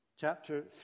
Chapter